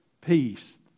peace